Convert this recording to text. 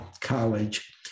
College